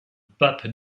pape